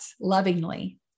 lovingly